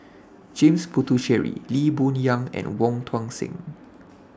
James Puthucheary Lee Boon Yang and Wong Tuang Seng